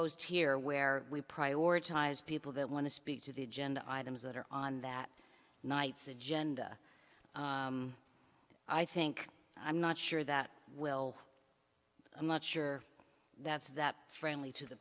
here where we prioritize people that want to speak to the agenda items that are on that night's agenda i think i'm not sure that we'll i'm not sure that's that friendly to the